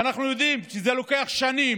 ואנחנו יודעים שזה לוקח שנים.